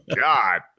god